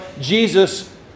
Jesus